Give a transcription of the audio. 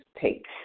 take